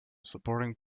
supporting